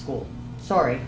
school sorry